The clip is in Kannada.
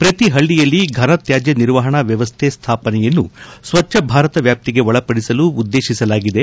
ಪ್ರತಿ ಹಳ್ಳಿಯಲ್ಲಿ ಫನತ್ಯಾಜ್ಯ ನಿರ್ವಹಣಾ ವ್ಯವಸ್ಥೆ ಸ್ಥಾಪನೆಯನ್ನು ಸ್ವಚ್ವ ಭಾರತ ವ್ಯಾಪ್ತಿಗೆ ಒಳಪಡಿಸಲು ಉದ್ಲೇಶಿಸಲಾಗಿದೆ